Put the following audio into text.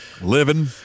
living